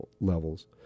levels